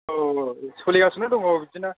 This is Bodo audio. औ औ सोलिगासिनो दं औ बिदिनो